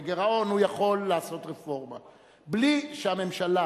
מגירעון, הוא יכול לעשות רפורמה, בלי שהממשלה